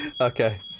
Okay